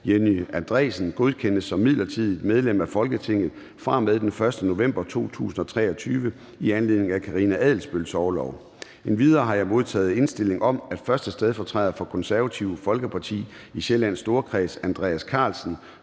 Jenny Andresen, godkendes som midlertidigt medlem af Folketinget fra og med den 1. november 2023 i anledning af Karina Adsbøls orlov. Endelig har jeg modtaget indstilling om, at 1. stedfortræder for Det Konservative Folkeparti i Sjællands Storkreds, Andreas Karlsen,